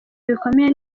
bikomeye